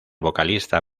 vocalista